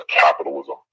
capitalism